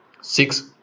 Six